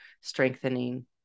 strengthening